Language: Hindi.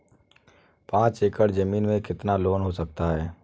पाँच एकड़ की ज़मीन में कितना लोन हो सकता है?